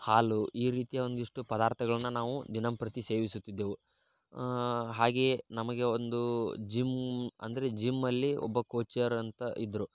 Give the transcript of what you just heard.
ಹಾಲು ಈ ರೀತಿಯ ಒಂದಿಷ್ಟು ಪದಾರ್ಥಗಳನ್ನು ನಾವು ದಿನಂಪ್ರತಿ ಸೇವಿಸುತ್ತಿದ್ದೆವು ಹಾಗೆಯೇ ನಮಗೆ ಒಂದು ಜಿಮ್ ಅಂದರೆ ಜಿಮ್ಮಲ್ಲಿ ಒಬ್ಬ ಕೋಚರ್ ಅಂತ ಇದ್ರು